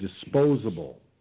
disposable